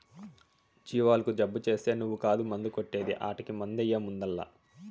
జీవాలకు జబ్బు చేస్తే నువ్వు కాదు మందు కొట్టే ది ఆటకి మందెయ్యి ముందల్ల